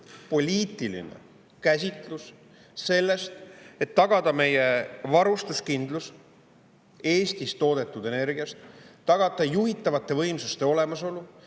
poliitiline käsitlus sellest, et tagada meie varustuskindlus Eestis toodetud energia abil, tagada juhitavate võimsuste olemasolu